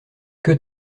que